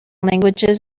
languages